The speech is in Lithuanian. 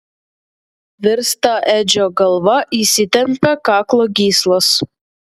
virsta edžio galva įsitempia kaklo gyslos